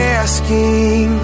asking